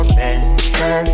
better